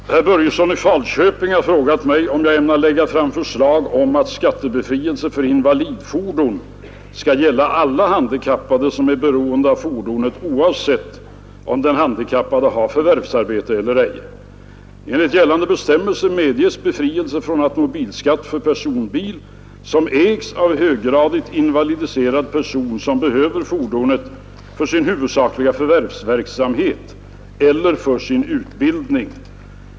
Herr talman! Herr Börjesson i Falköping har frågat mig, om jag ämnar lägga fram förslag om att skattebefrielse för invalidfordon skall gälla alla handikappade som är beroende av fordonet, oavsett om den handikappade har förvärvsarbete eller ej. Enligt gällande bestämmelser medges befrielse från automobilskatt för personbil som ägs av höggradigt invalidiserad person som behöver fordonet för sin huvudsakliga förvärvsverksamhet eller för sin utbildning.